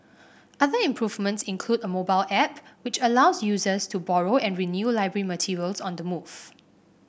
other improvements include a mobile app which allows users to borrow and renew library materials on the move